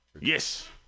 yes